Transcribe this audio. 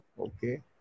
Okay